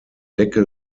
decke